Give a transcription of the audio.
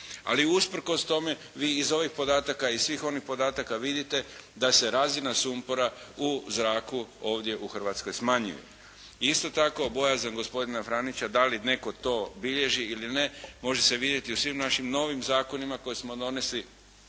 Ali usprkos tome vi iz svih ovih podataka i iz svih onih podataka vidite da se razina sumpora u zraku ovdje u Hrvatskoj smanjuje. I isto tako bojazan gospodina Franića da li netko to bilježi ili ne može se vidjeti u svim našim novim zakonima koje smo donijeli,